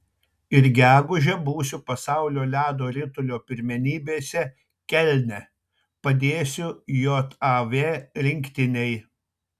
ir gegužę būsiu pasaulio ledo ritulio pirmenybėse kelne padėsiu jav rinktinei